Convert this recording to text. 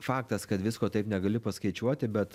faktas kad visko taip negali paskaičiuoti bet